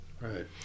Right